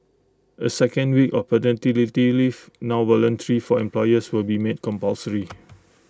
A second week of paternity leave now voluntary for employers will be made compulsory